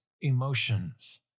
emotions